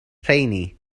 rheini